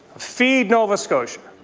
feed nova scotia,